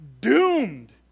doomed